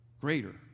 greater